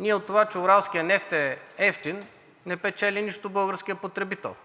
От това, че уралският нефт е евтин, не печели нищо българският потребител